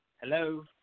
Hello